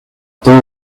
temps